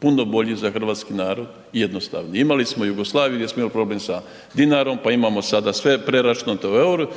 puno bolji za hrvatski narod i jednostavniji. Imali smo Jugoslaviju gdje smo imali problem sa dinarom, pa imamo sada sve je preračunato u